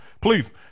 Please